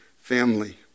family